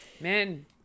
man